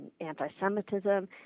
anti-Semitism